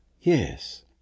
Yes